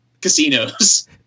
casinos